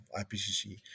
IPCC